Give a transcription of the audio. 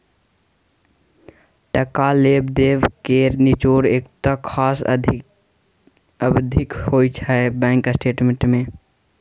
टका लेब देब केर निचोड़ एकटा खास अबधीक होइ छै बैंक स्टेटमेंट मे